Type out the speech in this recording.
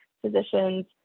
physicians